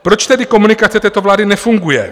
Proč tedy komunikace této vlády nefunguje?